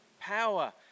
power